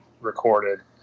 recorded